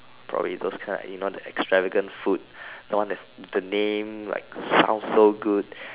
probably those kind like you know the extravagant food the one that the name like sound so good